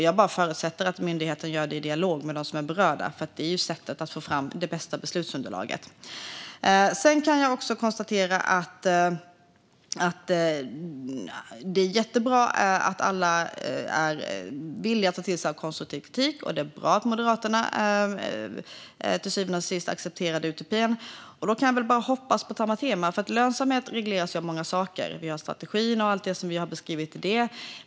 Jag förutsätter att myndigheten gör det i dialog med dem som är berörda, för det är sättet att få fram det bästa beslutsunderlaget. Jag kan konstatera att det är jättebra att alla är villiga att ta till sig av konstruktiv kritik. Det är bra att Moderaterna till syvende och sist accepterade UTP. Jag kan bara hoppas på samma tema. Lönsamhet regleras av många saker. Vi har strategin och allt det vi har beskrivit i den.